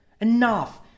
Enough